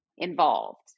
involved